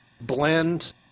blend